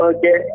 Okay